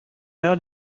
heure